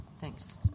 Thanks